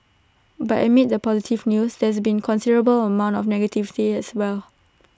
but amid the positive news there's been A considerable amount of negativity as well